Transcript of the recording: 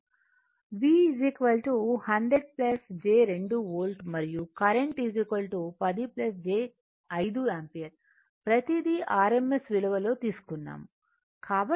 V 100 j 2 volt మరియు current 10 j 5 ampere ప్రతీదీ rms విలువ లో తీసుకున్నాము